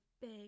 big